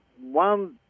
one